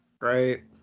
Right